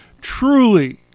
Truly